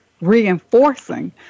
reinforcing